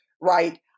right